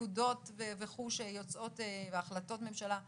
הפקודות והחלטות הממשלה וכו'